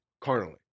carnally